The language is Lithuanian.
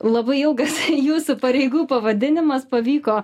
labai ilgas jūsų pareigų pavadinimas pavyko